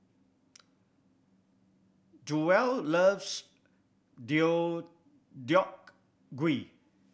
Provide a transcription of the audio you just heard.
Jewell loves Deodeok Gui